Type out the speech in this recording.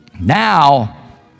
Now